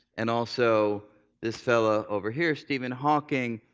and also this fellow over here, stephen hawking.